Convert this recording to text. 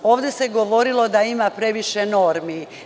Ovde se govorilo da ima previše normi.